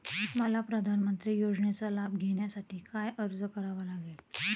मला प्रधानमंत्री योजनेचा लाभ घेण्यासाठी काय अर्ज करावा लागेल?